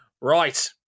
Right